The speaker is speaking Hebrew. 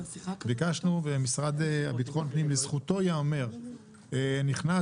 המשרד לביטחון פנים, לזכותו ייאמר, נכנס